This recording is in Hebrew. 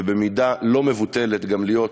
ובמידה לא מבוטלת גם להיות